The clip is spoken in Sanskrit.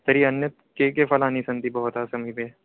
तर्हि अन्यानि कानि कानि फलानि सन्ति भवतः समीपे